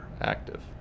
active